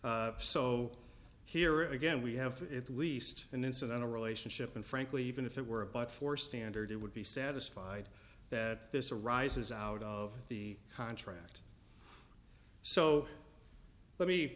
contract so here again we have at least an incidental relationship and frankly even if it were about four standard it would be satisfied that this arises out of the contract so let me